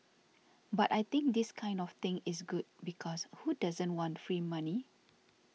but I think this kind of thing is good because who doesn't want free money